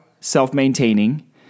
self-maintaining